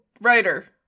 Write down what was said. writer